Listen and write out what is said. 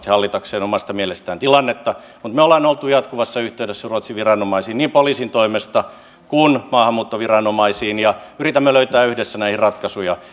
hallitakseen omasta mielestään tilannetta mutta me olemme olleet jatkuvassa yhteydessä niin ruotsin viranomaisiin poliisin toimesta kuin maahanmuuttoviranomaisiin ja yritämme löytää yhdessä näihin ratkaisuja